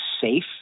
safe